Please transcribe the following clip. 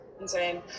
insane